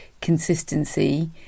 consistency